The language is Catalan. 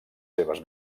seves